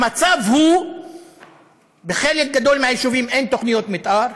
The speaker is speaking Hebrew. המצב הוא שבחלק גדול מאוד מהיישובים אין תוכניות מתאר,